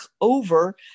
over